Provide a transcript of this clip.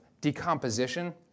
decomposition